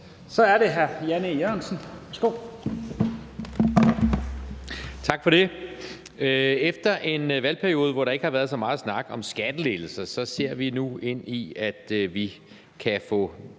Kl. 15:58 Jan E. Jørgensen (V): Tak for det. Efter en valgperiode, hvor der ikke har været så meget snak om skattelettelser, ser vi nu ind i, at vi kan få